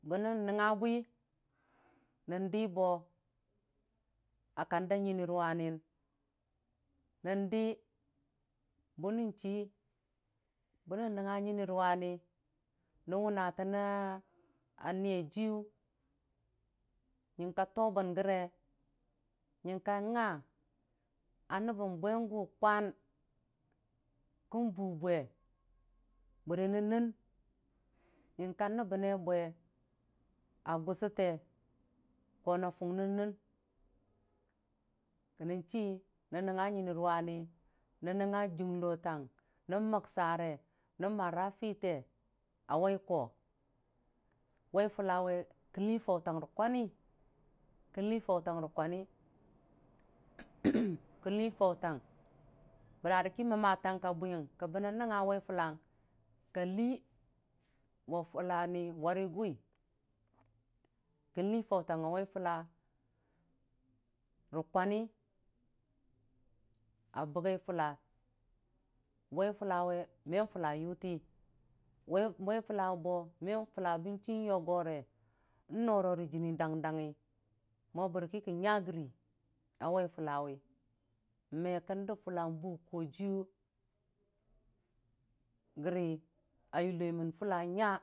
Bənən nəngnga bwi nən dii bo a kandaa nyini rʊwaniyin nən dii bənən chii bənən nəngnga nyini rʊ wani nən wʊnna tənnen niyajiyʊ nying ka tobən gəre nying ka nga a nənbən bwe gu kwankən bu bwe bəri nənnɨng ying ka nəbəne bwe a kusətee go na fung nənɨng kənnən ci nən nəngnga nyini rʊwani nən nangnga jənglo tang nən məksare nən mara pitee a wai ko, wai fulawe kən lii fautang ri kwani kən lii fautang rikwani kən lii fautang bəraki məmman tang ka bwiyi kə bən nəngnga a waifalaa kalii wa funi wari guwi kən lii fautang a wai fula ri kwani a bəkai fula, wai fula mən fula wutii, wai fula bwo mən fula bənci yogore nnorore jini dang dangngi mwo bərkən nya gəri awai fulawe me kən dam fula n'bu kojiyʊ gəri a yulomən.